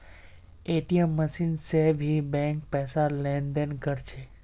ATM machine से भी bank पैसार लेन देन कर छे